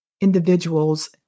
individuals